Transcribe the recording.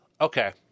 okay